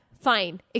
fine